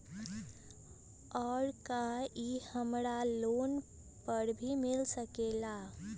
और का इ हमरा लोन पर भी मिल सकेला?